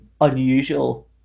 unusual